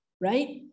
right